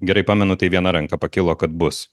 gerai pamenu tai viena ranka pakilo kad bus